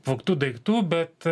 vogtų daiktų bet